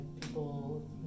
people